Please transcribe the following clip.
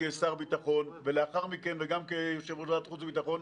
כשר הביטחון ולאחר מכן גם כיושב-ראש ועדת החוץ והביטחון,